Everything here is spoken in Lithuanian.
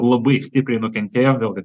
labai stipriai nukentėjo vėlgi